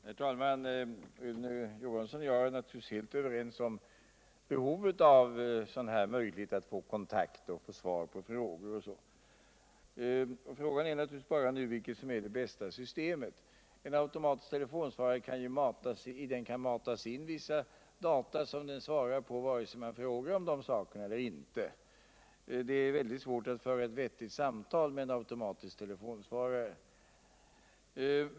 Herr talman! Rune Johansson i Åmål och jag är naturligtvis helt överens om behovet av möjligheter att få kontakt, få svar på frågor m.m. Frågan är bara vilket som är det bästa systemet. I en automatisk telefonsvarare kan matas in vissa data så att den ger vissa upplysningar vare sig man frågar om de sakerna elter inte. Der är väldigt svårt att föra ett vettigt samtal med en antomatisk telefonsvarare.